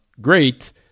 great